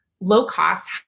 low-cost